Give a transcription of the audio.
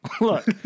Look